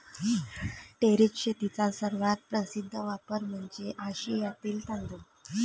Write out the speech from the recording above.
terrace शेतीचा सर्वात प्रसिद्ध वापर म्हणजे आशियातील तांदूळ